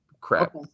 crap